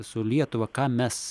su lietuva ką mes